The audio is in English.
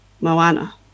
Moana